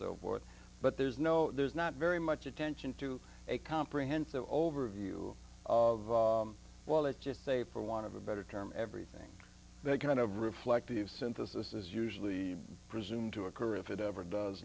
so forth but there's no there's not very much attention to a comprehensive overview of well let's just say for want of a better term everything that kind of reflective synthesis is usually presumed to occur if it ever does